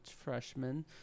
freshman